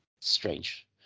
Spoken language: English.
strange